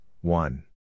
one